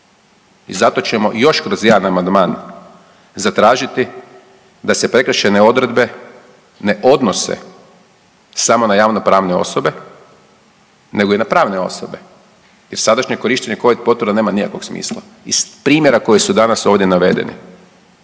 I zato ćemo još kroz jedan amandman zatražiti da se prekršajne odredbe ne odnose samo na javno pravne osobe nego i na pravne osobe jer sadašnje korištenje Covid potvrda nema nikakvog smisla iz primjera koji su danas ovdje navedeni.